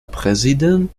präsident